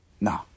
No